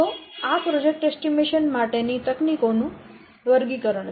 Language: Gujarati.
તો આ પ્રોજેક્ટ અંદાજ માટે ની તકનીકો નું વર્ગીકરણ છે